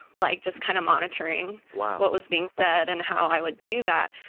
like, just kind of monitoring. wow. what was being said and how i would do that.